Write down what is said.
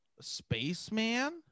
spaceman